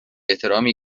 احترامی